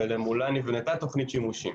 ומולה נבנתה תוכנית שימושים